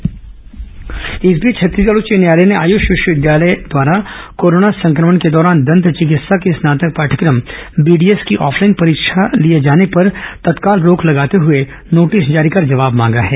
high court BDS परीक्षा इस बीच छत्तीसगढ़ उच्च न्यायालय ने आयुष विश्वविद्यालय द्वारा कोरोना संक्रमण के दौरान दंत विकित्सा के स्नातक पाठयक्रम बीडीएस की ऑफलाइन परीक्षा लिए जाने पर तत्काल रोक लगाते हुए नोटिस जारी कर जवाब मांगा है